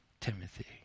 Timothy